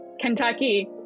Kentucky